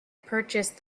purchased